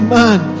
man